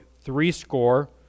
threescore